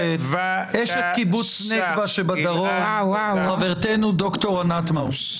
אשת קיבוץ נגבה שבדרום, חברתנו ד"ר ענת מאור.